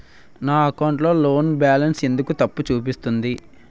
నా అకౌంట్ లో బాలన్స్ ఎందుకు తప్పు చూపిస్తుంది?